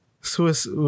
Swiss